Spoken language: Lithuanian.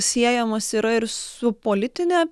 siejamas yra ir su politine